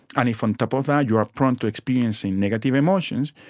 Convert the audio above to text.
and if on top of that you are prone to experiencing negative emotions,